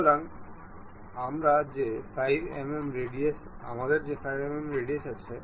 সুতরাং আমার যে 5 mm রেডিয়াস আছে